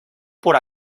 por